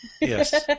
Yes